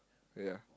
ya